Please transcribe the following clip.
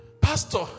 Pastor